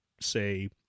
say